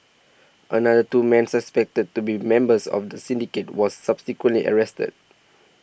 another two men suspected to be members of the syndicate was subsequently arrested